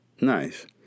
Nice